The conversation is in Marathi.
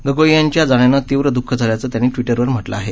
गोगोई यांच्या जाण्यानं तीव्र दःख झाल्याचं त्यांनी टविटरवर म्हटलं आहे